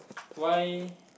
why